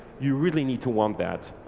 you really need to want that.